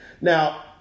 Now